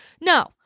No